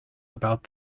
about